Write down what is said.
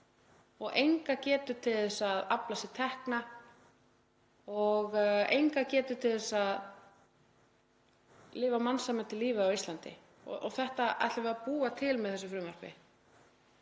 og enga getu til að afla sér tekna og enga getu til þess að lifa mannsæmandi lífi á Íslandi. Þetta ætlum við að búa til með þessu frumvarpi.